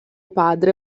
padre